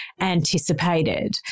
anticipated